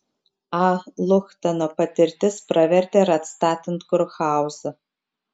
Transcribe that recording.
a luchtano patirtis pravertė ir atstatant kurhauzą